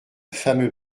fameux